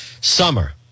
summer